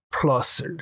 plus